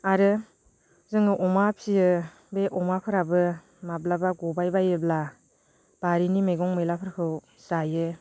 आरो जोङो अमा फियो बे अमाफोराबो माब्लाबा गबायबायोब्ला बारिनि मैगं मैलाफोरखौ जायो